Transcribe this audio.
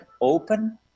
open